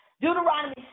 Deuteronomy